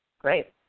Great